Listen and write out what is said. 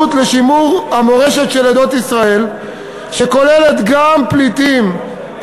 לשימור המורשת של עדות ישראל שכוללת גם פליטים,